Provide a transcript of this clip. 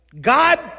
God